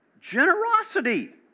generosity